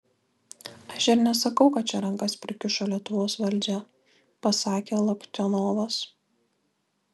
aš ir nesakau kad čia rankas prikišo lietuvos valdžia pasakė loktionovas